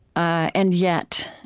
ah and yet,